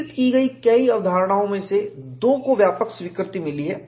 विकसित की गयी कई अवधारणाओं में से दो को व्यापक स्वीकृति मिली है